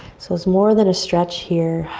so it's more than a stretch here.